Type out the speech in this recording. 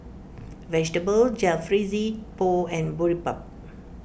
Vegetable Jalfrezi Pho and Boribap